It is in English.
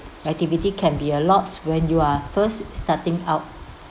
activity can be a lots when you are first starting out